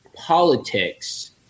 politics